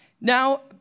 Now